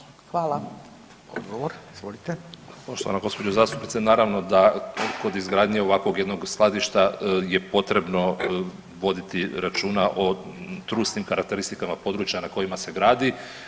Poštovana gospođo zastupnice naravno da kod izgradnje ovakvog jednog skladišta je potrebno voditi računa o trusnim karakteristikama područja na kojima se gradi.